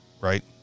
Right